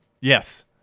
Yes